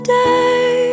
day